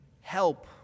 help